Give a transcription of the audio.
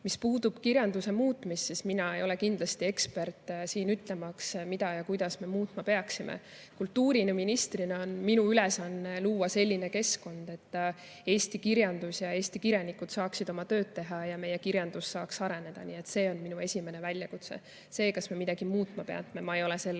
puudutab kirjanduse muutmist, siis mina ei ole kindlasti ekspert ütlema, mida ja kuidas me muutma peaksime. Kultuuriministrina on minu ülesanne luua selline keskkond, et eesti kirjandus ja eesti kirjanikud saaksid oma tööd teha ja meie kirjandus saaks areneda. Nii et see on minu esimene väljakutse. Kas me midagi muutma peame? Ma ei ole selle